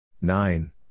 Nine